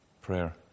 Prayer